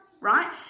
right